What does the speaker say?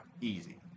Easy